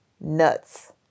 nuts